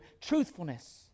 Truthfulness